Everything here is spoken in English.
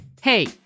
Hey